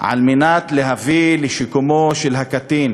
להביא לשיקומו של הקטין.